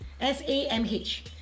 S-A-M-H